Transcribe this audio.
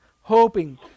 hoping